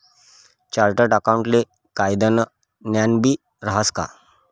chartered अकाऊंटले कायदानं ज्ञानबी रहास का